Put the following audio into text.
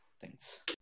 Thanks